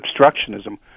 obstructionism